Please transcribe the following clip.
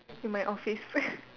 in my office